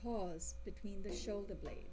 pause between the shoulder blades